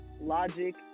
Logic